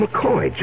McCoy